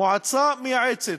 מועצה מייעצת,